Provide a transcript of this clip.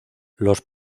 los